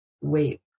Wait